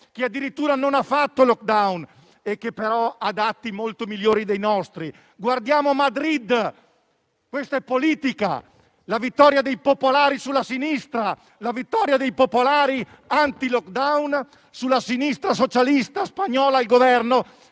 che addirittura non ha fatto *lockdown*, ha tuttavia dati molto migliori dei nostri. Guardiamo Madrid - questa è politica - dove vi è stata la vittoria dei popolari anti *lockdown* sulla sinistra socialista spagnola al Governo,